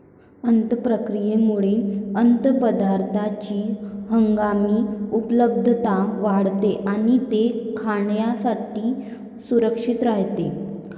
अन्न प्रक्रियेमुळे अन्नपदार्थांची हंगामी उपलब्धता वाढते आणि ते खाण्यासाठी सुरक्षित राहते